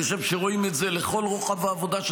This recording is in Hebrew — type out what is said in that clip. אני חושב שרואים את זה לכל רוחב העבודה של